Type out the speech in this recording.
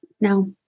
no